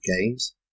games